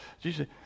Jesus